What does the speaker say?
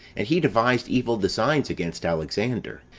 and he devised evil designs against alexander.